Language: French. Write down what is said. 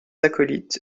acolytes